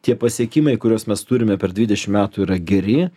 tie pasiekimai kuriuos mes turime per dvidešim metų yra geri